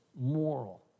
moral